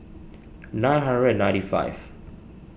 nine hundred and ninety five